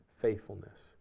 faithfulness